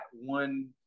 one